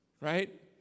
Right